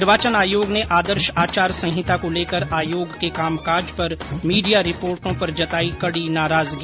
निर्वाचन आयोग ने आदर्श आचार संहिता को लेकर आयोग के कामकाज पर मीडिया रिपोर्टो पर जताई कड़ी नाराजगी